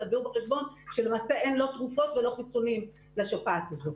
תביאו בחשבון שלמעשה אין לא תרופות ולא חיסונים לשפעת הזאת.